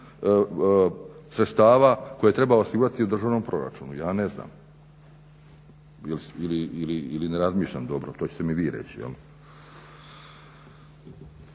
sredstava koje treba osigurati u državnom proračunu? Ja ne znam, ili ne razmišljam dobro to ćete mi vi reći.